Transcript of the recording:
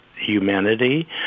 humanity